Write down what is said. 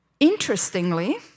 Interestingly